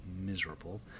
miserable